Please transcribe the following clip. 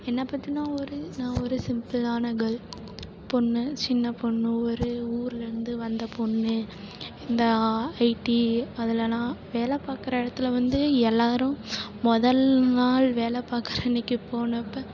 என்னைப் பற்றினா ஒரு நான் ஒரு சிம்பிளான கேர்ள் பெண்ணு சின்னப் பெண்ணு ஒரு ஊர்லேருந்து வந்த பெண்ணு இந்த ஐடி அதுலேலாம் வேலை பார்க்கற இடத்துல வந்து எல்லோரும் முதல் நாள் வேலை பார்க்கற அன்றைக்கி போனப்போ